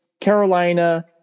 Carolina